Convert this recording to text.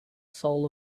soul